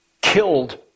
killed